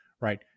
right